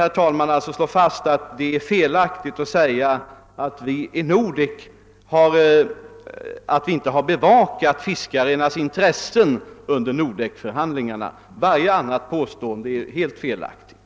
Jag vill alltså slå fast att det är felaktigt att säga att vi inte har bevakat fiskarnas intressen under Nordekförhandlingarna. Ett sådant påstående är helt felaktigt.